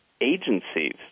agencies